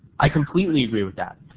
i completely agree with that.